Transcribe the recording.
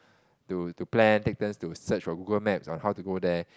to to plan take turns to search for Google Maps on how to go there